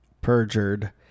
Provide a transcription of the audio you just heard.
Perjured